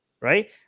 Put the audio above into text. right